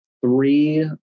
three